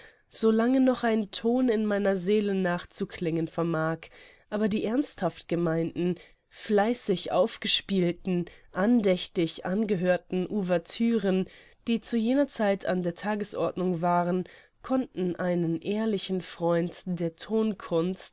lange noch ein ton in meiner seele nachzuklingen vermag aber die ernsthaft gemeinten fleißig aufgespielten andächtig angehörten ouvertüren die zu jener zeit an der tagesordnung waren konnten einen ehrlichen freund der